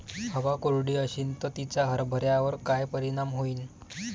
हवा कोरडी अशीन त तिचा हरभऱ्यावर काय परिणाम होईन?